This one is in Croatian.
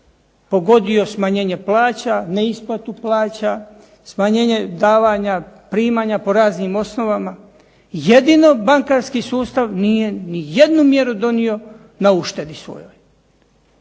pogodio smanjenje plaća neisplatu plaća, smanjenje davanja primanja po raznim osnovama, jedino bankarski sustav nije nijednu mjeru donio na uštedi svojoj.